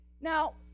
Now